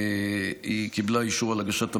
היא קיבלה אישור על הגשת המסמכים,